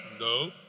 No